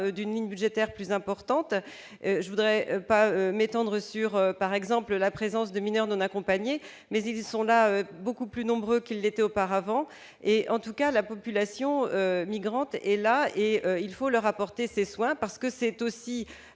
d'une ligne budgétaire plus importante, je voudrais pas m'étendre sur, par exemple, la présence de mineurs non accompagnés, mais ils sont là beaucoup plus nombreux qu'il l'était auparavant et en tout cas la population migrante est là et il faut leur apporter, c'est soit parce que c'est aussi,